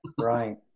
right